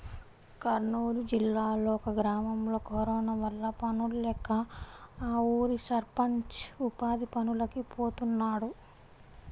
కర్నూలు జిల్లాలో ఒక గ్రామంలో కరోనా వల్ల పనుల్లేక ఆ ఊరి సర్పంచ్ ఉపాధి పనులకి పోతున్నాడు